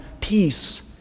peace